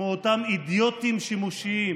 כמו אותם אידיוטים שימושיים,